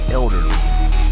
elderly